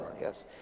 yes